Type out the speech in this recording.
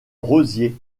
rosiers